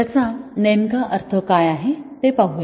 याचा नेमका अर्थ काय आहे ते पाहूया